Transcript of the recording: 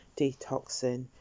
detoxing